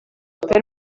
per